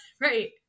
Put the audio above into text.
right